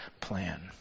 plan